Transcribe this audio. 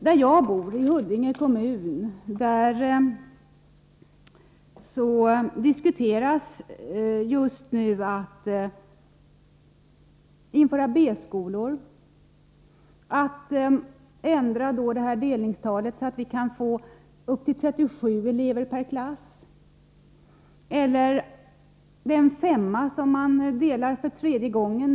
Där jag bor, i Huddinge kommun, diskuteras just nu att man skall införa B-skolor och ändra delningstalet, så att det kanske blir upp till 37 elever per klass — den femma som man delar för tredje gången.